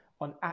on